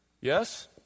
Yes